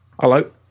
Hello